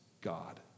God